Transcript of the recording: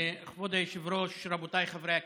כבוד היושב-ראש, רבותיי חברי הכנסת,